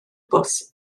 bws